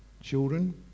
children